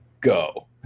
go